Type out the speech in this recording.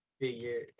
figure